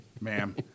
ma'am